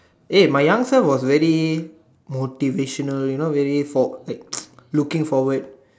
eh my young self was very motivational you know very for like looking forward